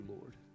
Lord